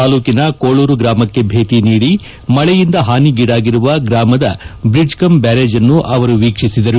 ತಾಲ್ಲೂಕಿನ ಕೋಳೂರು ಗ್ರಾಮಕ್ಕೆ ಭೇಟ ನೀಡಿ ಮಳೆಯಿಂದ ಹಾನಿಗೀಡಾಗಿರುವ ಗ್ರಾಮದ ಬ್ರಿಡ್ಜ್ ಕಂ ಬ್ಯಾರೇಜನ್ನು ಅವರು ವೀಕ್ಷಿಸಿದರು